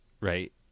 right